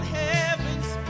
heaven's